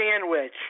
sandwich